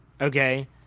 Okay